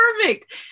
perfect